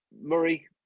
Murray